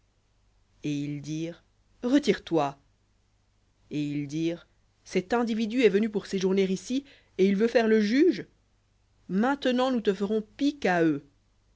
et ils dirent retire-toi et ils dirent cet individu est venu pour séjourner et il veut faire le juge maintenant nous te ferons pis qu'à eux